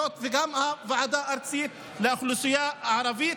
וגם בוועדה הארצית לאוכלוסייה הערבית,